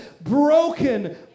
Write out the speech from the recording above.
broken